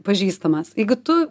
pažįstamas jeigu tu